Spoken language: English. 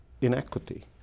inequity